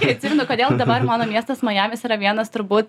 kai atsimenu kodėl dabar mano miestas majamis yra vienas turbūt